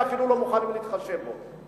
אפילו לא מוכנים להתחשב בו.